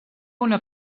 una